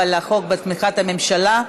אבל החוק בתמיכת הממשלה,